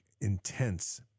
intense